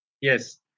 Yes